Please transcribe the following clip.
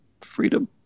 Freedom